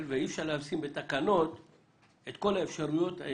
ואי אפשר לשים בתקנות את כל האפשרויות.